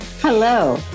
Hello